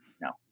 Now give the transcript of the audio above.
No